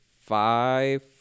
Five